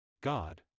God